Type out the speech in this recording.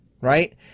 right